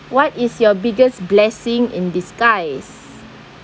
what is your biggest blessing in disguise